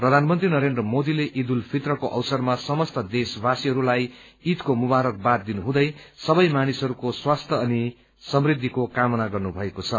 प्रधानमन्त्री नरेन्द्र मोदीले ईद उल फितरको अवसरमा समस्त देशवासीहरूलाई ईदको मुबारक बात दिनुहुँदै सबै मानिसहरूको स्वास्थ्य अनि समृद्विको कामना गर्नुभएको छ